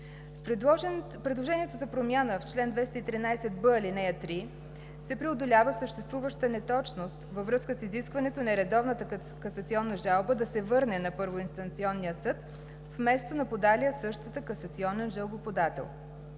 С предложението за промяна в чл. 213б, ал. 3 се преодолява съществуваща неточност, във връзка с изискването нередовната касационна жалба да се върне на първоинстанционния съд, вместо на подалия същата касационен жалбоподател.